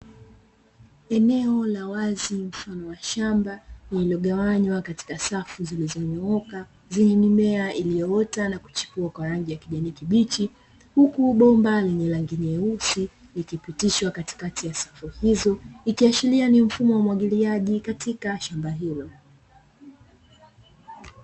Eneo la wazi mfano wa shamba liligawanywa katika safu zilizonyooka zenye mimea, iliyoota na kuchipuka kwa rangi ya kijani kibichi huku bomba nyeusi ikipitishwa katikati ya sehemu hizo, ikiashiria ni mfumo wa umwagiliaji katika shamba hilo.